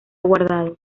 guardado